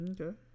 Okay